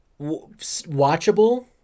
watchable